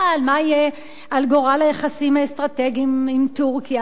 מה יהיה על גורל היחסים האסטרטגיים עם טורקיה.